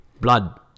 Blood